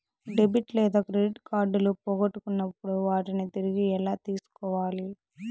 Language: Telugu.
డెబిట్ లేదా క్రెడిట్ కార్డులు పోగొట్టుకున్నప్పుడు వాటిని తిరిగి ఎలా తీసుకోవాలి